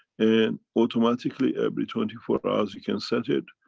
and automatically every twenty four hours you can set it,